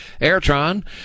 Airtron